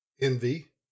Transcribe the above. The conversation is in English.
envy